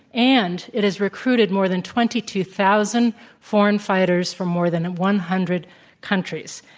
and it has recruited more than twenty two thousand foreign fighters from more than one hundred countries.